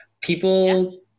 people